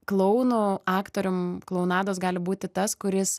klouno aktorium klounados gali būti tas kuris